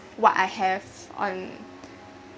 what I have on